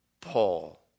Paul